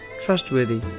trustworthy